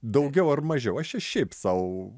daugiau ar mažiau aš čia šiaip sau